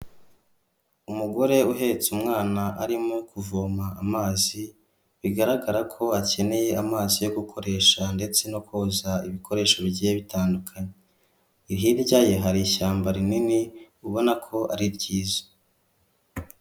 Umugore uhetse umwana arimo kuvoma amazi bigaragara ko akeneye amaso yo gukoresha ndetse no koza ibikoresho bigiye bitandukanye. Hirya ye hari ishyamba rinini ubona ko ari ryiza.